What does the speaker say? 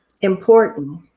important